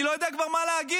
אני לא יודע כבר מה להגיד.